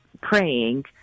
praying